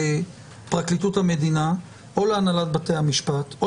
לעשות שיעורי בית וקיבלנו טבלאות שהיועצים המשפטיים של